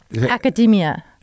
Academia